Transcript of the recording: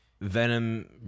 Venom